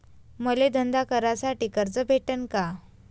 मले धंदा करासाठी कर्ज कस भेटन?